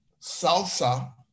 salsa